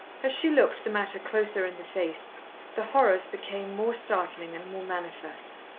as she looked the matter closer in the face the horrors became more startling and more manifest.